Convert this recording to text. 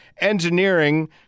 Engineering